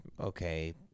okay